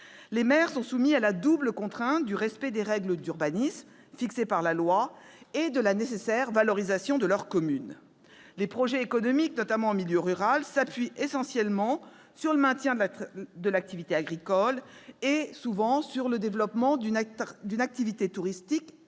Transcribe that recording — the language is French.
Les maires sont soumis à la double contrainte du respect des règles d'urbanisme fixées par la loi et de la nécessaire valorisation économique de leur commune. Les projets économiques, notamment en milieu rural, s'appuient essentiellement sur le maintien de l'activité agricole et sur le développement d'une activité touristique complémentaire.